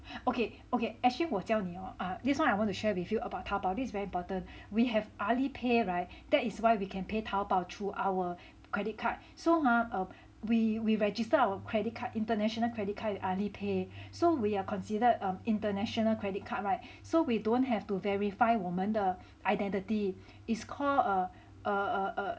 okay okay actually 我教你哦 ah this one I want to share with you about 淘宝 this is very important we have AliPay [right] that is why we can pay 淘宝 through our credit card so !huh! err we we register our credit card international credit card AliPay so we are considered international credit card [right] so we don't have to verify 我们的 identity is called err err